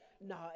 No